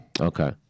Okay